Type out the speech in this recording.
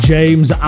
James